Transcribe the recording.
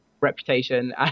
reputation